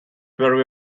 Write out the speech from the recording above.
very